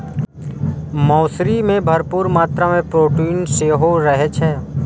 मौसरी मे भरपूर मात्रा मे प्रोटीन सेहो रहै छै